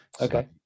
Okay